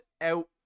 out